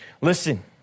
Listen